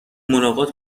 ملاقات